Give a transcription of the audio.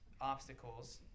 obstacles